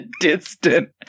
distant